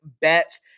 bets